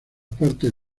partes